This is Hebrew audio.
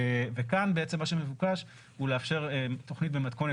כאן בעצם מה שמבוקש הוא לאפשר תוכנית במתכונת